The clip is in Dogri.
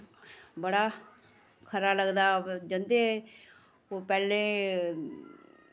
बड़ा खरा लगदा जंदे ओह् पैह्ले